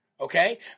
Okay